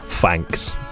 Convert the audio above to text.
Thanks